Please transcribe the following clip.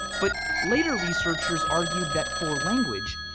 but later researchers argued that for language,